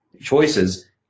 choices